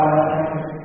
eyes